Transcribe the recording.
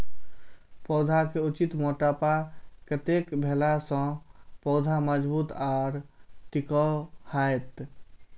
पौधा के उचित मोटापा कतेक भेला सौं पौधा मजबूत आर टिकाऊ हाएत?